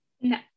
No